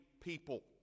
people